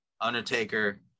Undertaker